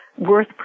worth